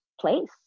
place